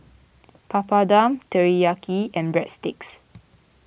Papadum Teriyaki and Breadsticks